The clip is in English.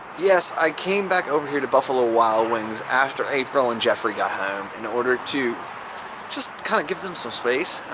yes, i came back over here to buffalo wild wings after april and jeffrey got home in order to just kind of give them some space.